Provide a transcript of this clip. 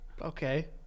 Okay